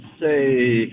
say